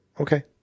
Okay